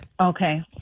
okay